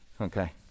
Okay